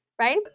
right